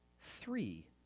three